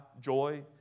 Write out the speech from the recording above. joy